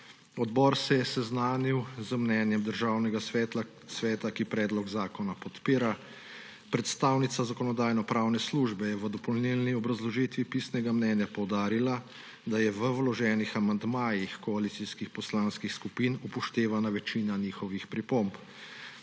Odbor se je seznanil z mnenjem Državnega sveta, ki predlog zakona podpira. Predstavnica Zakonodajno-pravne službe je v dopolnilni obrazložitvi pisnega mnenja poudarila, da je v vloženih amandmajih koalicijskih poslanskih skupin upoštevana večina njihovih pripomb.